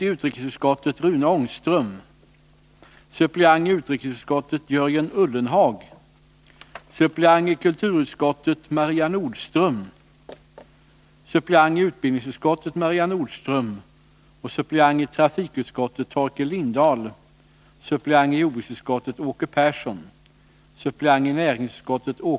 Om så inte sker följer en frist på två år. Därefter kan Cogéma omvandla kontrakten till provisoriska hanteringskon trakt, vilket bl.a. innebär att kunderna måste ta tillbaka sitt avfall, i det skick Cogéma bestämmer, före den 31 december 1995.